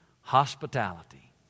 hospitality